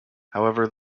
however